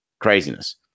craziness